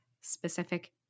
specific